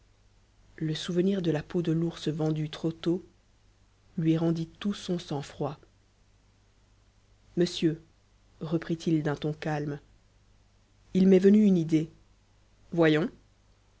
le souvenir de la peau de l'ours vendue trop tôt lui rendit tout son sang-froid monsieur reprit-il d'un ton calme il m'est venu une idée voyons